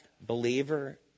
Believer